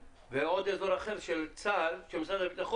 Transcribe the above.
הפרש ובסוף מדובר על כל תקציב הביטחון,